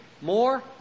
more